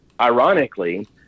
ironically